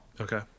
Okay